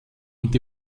und